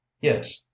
Yes